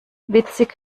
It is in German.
witzig